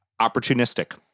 opportunistic